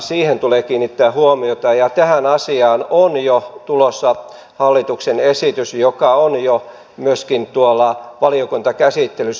siihen tulee kiinnittää huomiota ja tähän asiaan on jo tulossa hallituksen esitys joka on jo myöskin valiokuntakäsittelyssä